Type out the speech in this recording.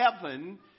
heaven